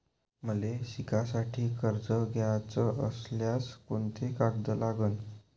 मले शिकासाठी कर्ज घ्याचं असल्यास कोंते कागद लागन?